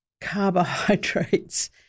carbohydrates